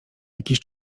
jakiś